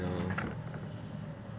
um